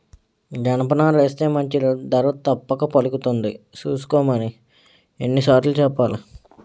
జనపనారేస్తే మంచి ధర తప్పక పలుకుతుంది సూసుకోమని ఎన్ని సార్లు సెప్పాలి?